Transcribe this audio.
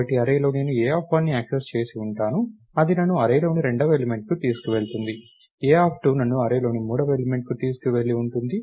కాబట్టి అర్రేలో నేను A1 ని యాక్సెస్ చేసి ఉంటాను అది నన్ను అర్రేలోని రెండవ ఎలిమెంట్ కి తీసుకువెళ్తుంది A2 నన్ను అర్రేలోని మూడవ ఎలిమెంట్ కి తీసుకువెళ్లి ఉంటుంది